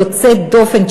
יוצאת דופן,